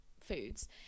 foods